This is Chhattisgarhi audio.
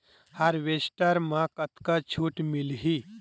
हारवेस्टर म कतका छूट मिलही?